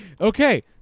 Okay